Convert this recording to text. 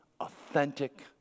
authentic